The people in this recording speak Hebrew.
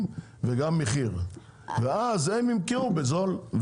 למוצרים של מפעלים קטנים ואז הם ימכרו בזול.